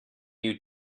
you